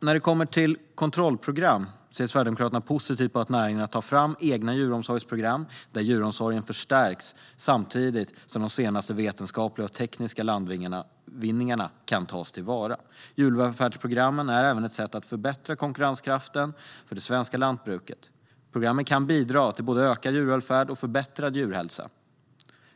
När det gäller kontrollprogram ser Sverigedemokraterna positivt på att näringarna tar fram egna djuromsorgsprogram där djuromsorgen förstärks samtidigt som de senaste vetenskapliga och tekniska landvinningarna kan tas till vara. Djurvälfärdsprogrammen är även ett sätt att förbättra konkurrenskraften för det svenska lantbruket. Programmen kan bidra till ökad djurvälfärd, förbättrad djurhälsa,